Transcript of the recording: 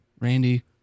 Randy